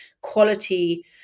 quality